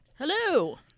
Hello